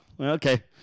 okay